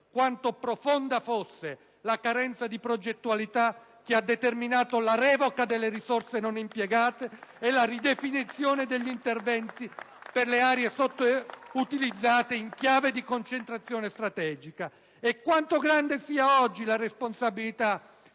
quanto profonda fosse la carenza di progettualità che ha determinato la revoca delle risorse non impiegate, *(Applausi dal Gruppo* *PdL)* e la ridefinizione degli interventi per le aree sottoutilizzate in chiave di concentrazione strategica; e quanto grande sia la responsabilità